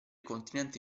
continente